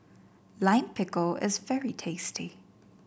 Lime Pickle is very tasty